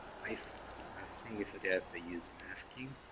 i strongly suggest they use masking,